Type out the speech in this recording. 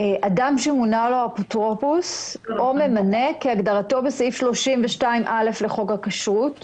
אדם שמונה לו אפוטרופוס או ממנה כהגדרתו בסעיף 32(א) לחוק הכשרות,